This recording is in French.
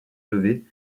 lever